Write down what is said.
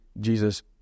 Jesus